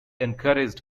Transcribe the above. encouraged